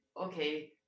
okay